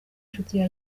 inshuti